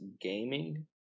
Gaming